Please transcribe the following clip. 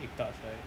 egg tarts right